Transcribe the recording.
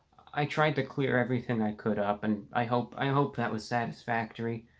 i tried to clear everything i could up and i hope i hope that was satisfactory.